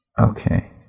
Okay